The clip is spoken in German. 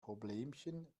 problemchen